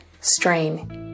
strain